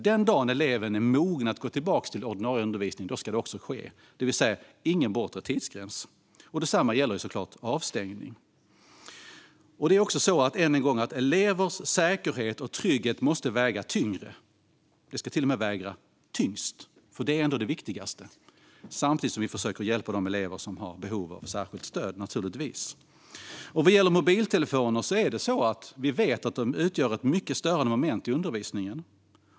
Den dag då eleven är mogen att gå tillbaka till ordinarie undervisning ska det ske, det vill säga det ska inte finnas någon bortre tidsgräns. Detsamma ska gälla avstängning. Elevers säkerhet och trygghet måste väga tyngre. Det ska till och med väga tyngst. Det är ändå det viktigaste, samtidigt som vi naturligtvis försöker hjälpa de elever som har behov av särskilt stöd. Vi vet att mobiltelefoner utgör ett mycket störande moment i undervisningen.